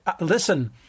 listen